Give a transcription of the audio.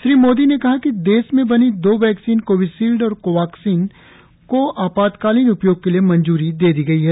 श्री मोदी ने कहा कि देश में बनी दो वैक्सीन कोविशिल्ड और कोवाक्सिन को आपातकालीन उपयोग के लिए मंजूरी दे दी गई है